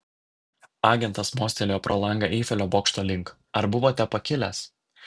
agentas mostelėjo pro langą eifelio bokšto link ar buvote pakilęs